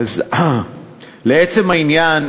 לעצם העניין,